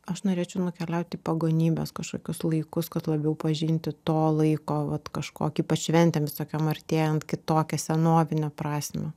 aš norėčiau nukeliauti į pagonybės kažkokius laikus kad labiau pažinti to laiko vat kažkokį šventėm visokiom artėjant kitokią senovinę prasmę